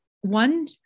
One